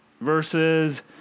versus